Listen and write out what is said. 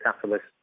catalyst